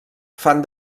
fan